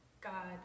God